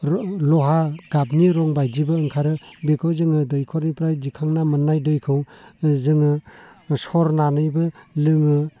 लहा गाबनि रं बायदिबो ओंखारो बेखौ जोङो दैखरनिफ्राय दिखांना मोननाय दैखौ जोङो सरनानैबो लोङो